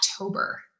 October